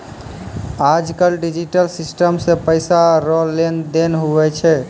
आज कल digital system से पैसा रो लेन देन हुवै छै